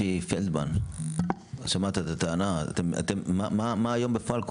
אפי פלדמן, שמעת את הטענה, מה היום בפועל קורה?